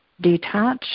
detach